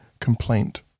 complaint